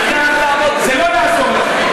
זה לא יעזור לך.